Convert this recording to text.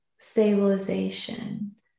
stabilization